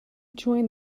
joined